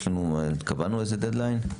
קבענו איזה דדליין?